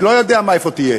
אני לא יודע איפה תהיה,